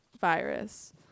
virus